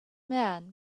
man